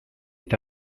est